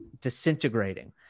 disintegrating